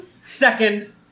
Second